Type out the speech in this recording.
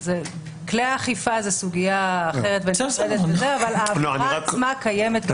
כלי האכיפה זו סוגיה אחרת אבל ההבערה עצמה קיימת.